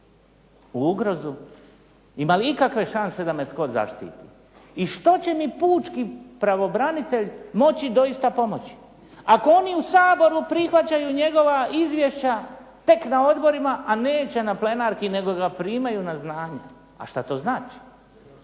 u ugrozu ima li ikakve šanse da me tko zaštiti i što će mi pučki pravobranitelj moći doista pomoći ako oni u Saboru prihvaćaju njegova izvješća tek na odborima a neće na plenarki nego ga primaju na znanje. A šta to znači?